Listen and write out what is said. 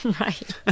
Right